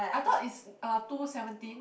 I thought is uh two seventeen